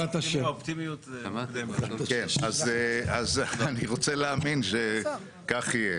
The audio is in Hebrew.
אני רוצה להאמין שכך יהיה.